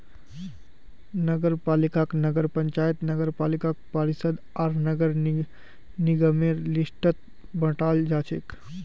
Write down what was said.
नगरपालिकाक नगर पंचायत नगरपालिका परिषद आर नगर निगमेर लिस्टत बंटाल गेलछेक